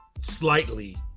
Slightly